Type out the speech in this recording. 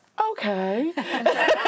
okay